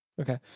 Okay